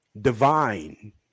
divine